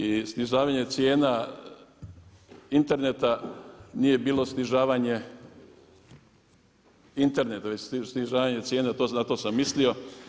I snižavanje cijene interneta nije bilo snižavanje interneta već snižavanje cijena, na to sam mislio.